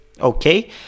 okay